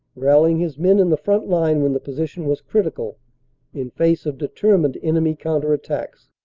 rallying his men in the front line when the position was critical in face of determined enemy counter-attacks.